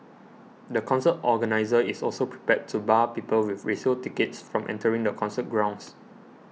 the concert organiser is also prepared to bar people with resale tickets from entering the concert grounds